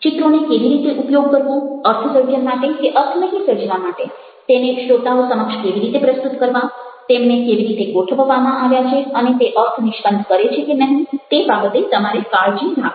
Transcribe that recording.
ચિત્રોનો કેવી રીતે ઉપયોગ કરવો અર્થસર્જન માટે કે અર્થ નહિ સર્જવા માટે તેને શ્રોતાઓ સમક્ષ કેવી રીતે પ્રસ્તુત કરવા તેમને કેવી રીતે ગોઠવવામાં આવ્યા છે અને તે અર્થ નિષ્પન્ન કરે છે કે નહિ તે બાબતે તમારે કાળજી રાખવી જોઈએ